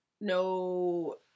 no